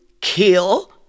Kill